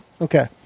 Okay